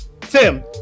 Tim